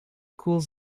cools